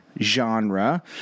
genre